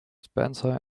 spencer